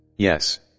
Yes